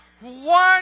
One